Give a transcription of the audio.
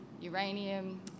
uranium